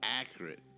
accurate